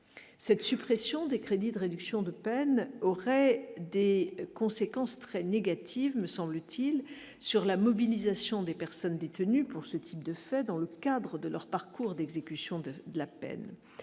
cette suppression des crédits de réduction de peine aurait des conséquences très négatives, me semble-t-il, sur la mobilisation des personnes détenues pour ce type de faits dans le cadre de leur parcours d'exécution de la peine,